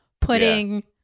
putting